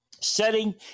setting